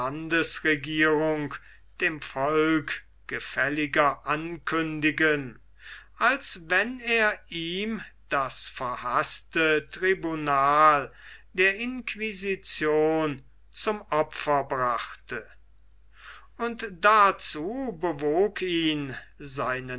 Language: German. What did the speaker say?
landesregierung dem volk gefälliger ankündigen als wenn er ihm das verhaßte tribunal der inquisition zum opfer brachte und dazu bewog ihn seine